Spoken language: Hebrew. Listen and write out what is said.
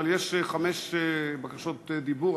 אבל יש חמש בקשות דיבור.